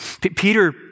Peter